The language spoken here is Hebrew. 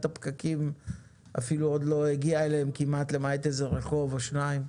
הפקקים אפילו עוד לא הגיעה אליהם למעט איזה רחוב או שניים.